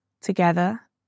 together